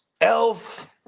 Elf